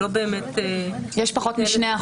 לא באמת מתנהלת כ --- יש פחות מ-2%,